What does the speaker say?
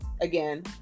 again